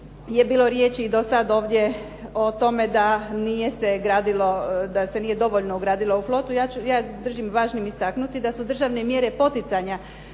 je bilo riječi i do sad ovdje o tome da nije se gradilo, da se nije dovoljno ugradilo u flotu. Ja držim važnim istaknuti, da su državne mjere poticanja